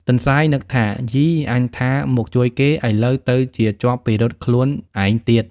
ទន្សាយនឹកថា "យីអញថាមកជួយគេ ឥឡូវទៅជាជាប់ពិរុទ្ធខ្លួនឯងទៀត"។